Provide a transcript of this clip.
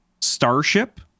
starship